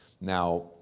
Now